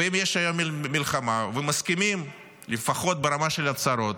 ואם יש היום מלחמה ומסכימים לפחות ברמה של הצהרות